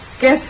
guess